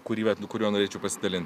kurį vat kuriuo norėčiau pasidalinti